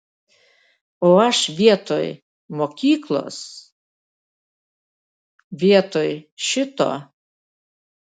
o aš vietoj mokyklos vietoj šito